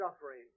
suffering